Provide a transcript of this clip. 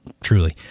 truly